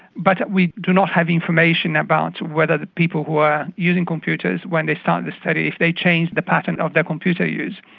but we do not have the information about whether the people who are using computers when they start to study if they change the pattern of their computer use,